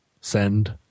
send